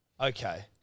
Okay